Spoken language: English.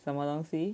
什么东西